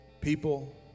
people